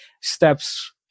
steps